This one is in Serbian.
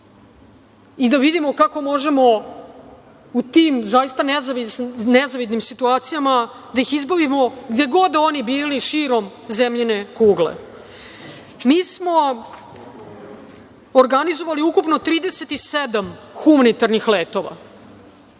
i da vidimo kako možemo u tim zaista nezavidnim situacijama da ih izbavimo, gde god da oni bili širom zemljine kugle. Mi smo organizovali ukupno 37 humanitarnih letova,